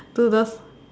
to the